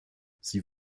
sie